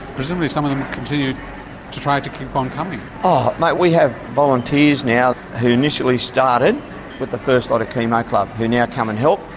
presumably some to to try and to keep on coming. oh mate, we have volunteers now who initially started with the first lot of chemo club who now come and help,